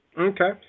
Okay